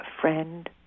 friend